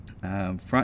front